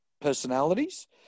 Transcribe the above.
personalities